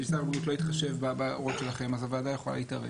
שר הבריאות לא יתחשב בהערות שלכם אז הוועדה יכולה להתערב.